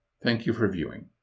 thank you for viewing.